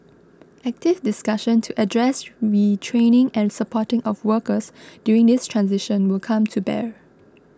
active discussion to address retraining and supporting of workers during this transition will come to bear